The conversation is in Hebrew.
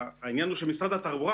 העניין הוא שמשרד התחבורה,